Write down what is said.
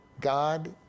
God